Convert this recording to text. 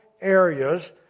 areas